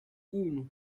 uno